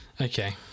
Okay